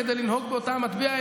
כדי לנהוג באותה מטבע,